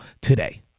today